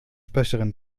sprecherin